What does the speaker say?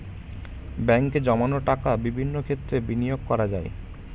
ব্যাঙ্কে জমানো টাকা বিভিন্ন ক্ষেত্রে বিনিয়োগ করা যায়